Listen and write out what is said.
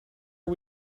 are